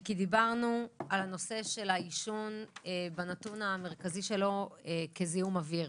דיברנו על הנושא של העישון בנתון המרכזי שלו כזיהום אוויר.